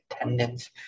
attendance